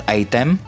item